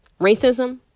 racism